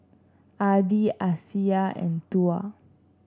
Adi Aisyah and Tuah